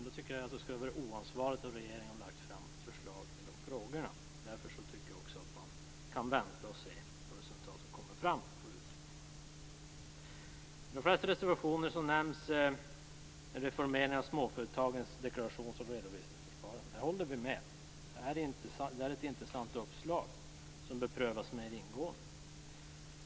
Då tycker jag att det skulle vara oansvarigt av regeringen att lägga fram ett förslag i de här frågorna. Därför tycker jag också att man kan vänta och se vad som kommer fram i utredningarna. I de flesta av reservationerna nämns en reformering av småföretagens deklarations och redovisningsförfarande. Där håller vi med. Det är ett intressant uppslag som bör prövas mer ingående.